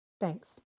Thanks